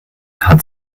hat